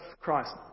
Christ